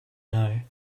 know